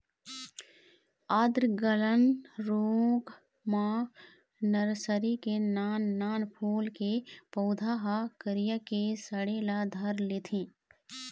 आद्र गलन रोग म नरसरी के नान नान फूल के पउधा ह करिया के सड़े ल धर लेथे